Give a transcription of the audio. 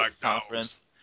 conference